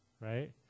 right